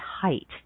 height